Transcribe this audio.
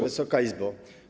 Wysoka Izbo!